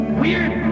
weird